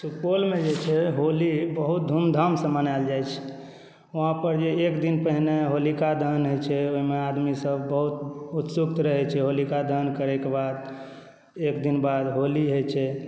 सुपौलमे जे छै से होली बहुत धूमधामसँ मनाएल जाइ छै वहाँपर जे एक दिन पहिने होलिका दहन होइ छै ओहिमे आदमीसब बहुत उत्सुक रहै छै होलिका दहन करैके बाद एक दिन बाद होली होइ छै